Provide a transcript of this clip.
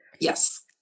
yes